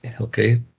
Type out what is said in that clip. okay